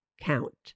count